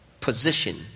Position